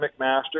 McMaster